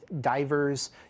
divers